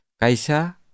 Kaisa